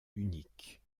unique